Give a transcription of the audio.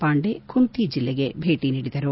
ಪಾಂಡೆ ಕುಂತಿ ಜಿಲ್ಲೆಗೆ ಭೇಟಿ ನೀಡಿದರು